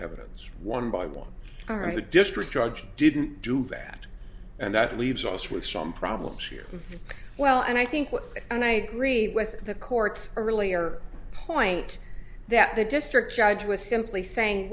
evidence one by one the district judge didn't do that and that leaves us with some problems here well and i think and i agree with the court's earlier point that the district judge was simply saying